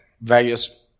various